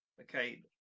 Okay